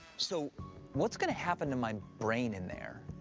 so what's gonna happen to my brain in there?